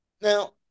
now